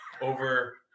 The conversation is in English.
over